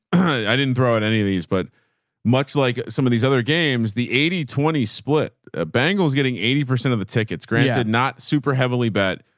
i didn't throw it any of these, but much like some of these other games, the eighty twenty split ah bangles getting eighty percent of the tickets, granted not super heavily bet,